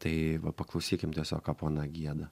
tai va paklausykim tiesiog ona gieda